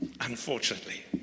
Unfortunately